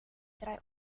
drei